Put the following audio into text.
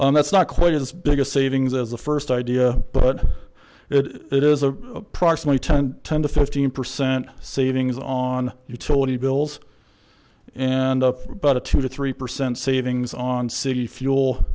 that's not quite as big a savings as the first idea but it is a approximately ten ten to fifteen percent savings on utility bills and up but a two to three percent savings on city fuel